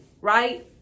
right